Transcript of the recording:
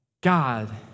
God